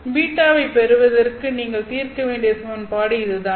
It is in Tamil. β ஐப் பெறுவதற்கு நீங்கள் தீர்க்க வேண்டிய சமன்பாடு இதுதான்